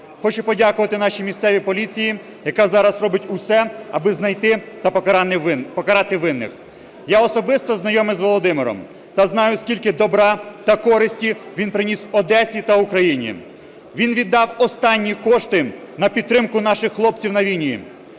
Хочу подякувати нашій місцевій поліції, яка зараз робить усе, аби знайти та покарати винних. Я особисто знайомий з Володимиром та знаю, скільки добра та користі він приніс Одесі та Україні. Він віддав останні кошти на підтримку наших хлопців на війні